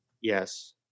Yes